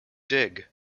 dig